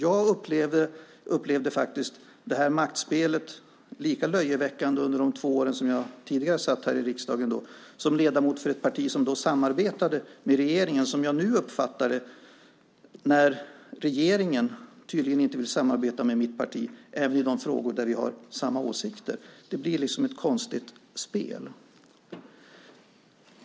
Jag upplevde faktiskt detta maktspel som lika löjeväckande under mina tidigare två år i riksdagen som ledamot i ett parti som då samarbetade med regeringen som jag upplever det nu när regeringen tydligen inte vill samarbeta med mitt parti ens i de frågor där vi har samma åsikter. Det blir ett konstigt spel.